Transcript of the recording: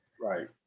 Right